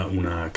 una